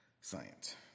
science